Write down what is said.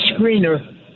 screener